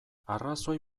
arrazoi